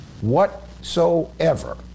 whatsoever